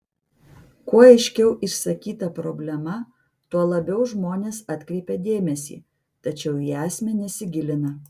kuo aiškiau išsakyta problema tuo labiau žmonės atkreipia dėmesį tačiau į esmę nesigilina